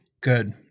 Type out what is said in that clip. Good